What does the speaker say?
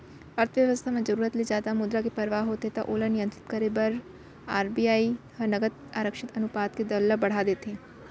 अर्थबेवस्था म जरुरत ले जादा मुद्रा के परवाह होथे त ओला नियंत्रित करे बर आर.बी.आई ह नगद आरक्छित अनुपात के दर ल बड़हा देथे